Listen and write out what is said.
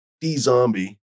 D-Zombie